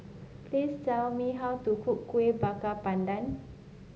please tell me how to cook Kuih Bakar Pandan